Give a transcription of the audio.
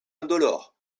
indolore